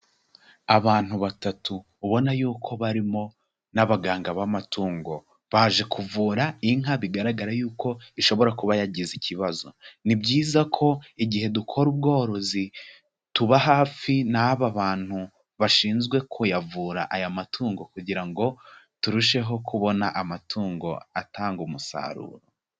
Abantu batatu ubona yuko barimo n'abaganga b'amatungo, baje kuvura inka bigaragara yuko ishobora kuba yagize ikibazo, ni byiza ko igihe dukora ubworozi tuba hafi n'aba bantu bashinzwe kuyavura aya matungo kugira ngo turusheho kubona amatungo atanga umusaruro.